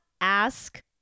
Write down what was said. ask